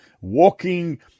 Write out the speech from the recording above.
walking